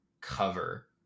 cover